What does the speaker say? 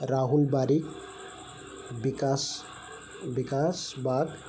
Rahul Barik Bikash Bikash Bag